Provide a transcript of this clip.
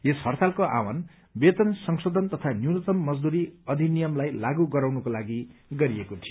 यस हड़तालको आह्वान वेतन संशोधन तथा न्यूनतम मजदूरी अधिनियमलाई लागू गराउनका लागि गरिएको थियो